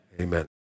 Amen